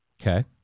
Okay